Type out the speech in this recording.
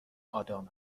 آدام